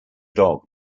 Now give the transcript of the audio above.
dog